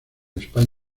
españa